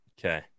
Okay